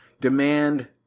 Demand